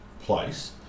place